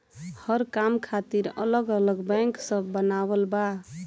हर काम खातिर अलग अलग बैंक सब बनावल बा